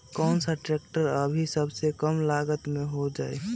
कौन सा ट्रैक्टर अभी सबसे कम लागत में हो जाइ?